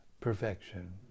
perfection